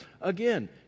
again